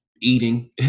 eating